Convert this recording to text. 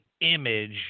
image